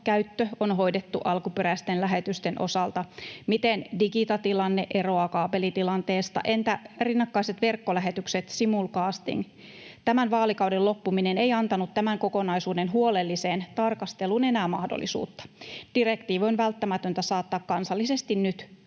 on hoidettu alkuperäisten lähetysten osalta? Miten Digita-tilanne eroaa kaapelitilanteesta? Entä rinnakkaiset verkkolähetykset, simulcasting? Tämän vaalikauden loppuminen ei antanut tämän kokonaisuuden huolelliseen tarkasteluun enää mahdollisuutta. Direktiivi on välttämätöntä saattaa kansallisesti nyt